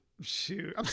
Shoot